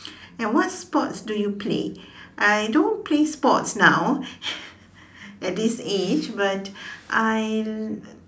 and what sports do you play I don't play sports now at this age but I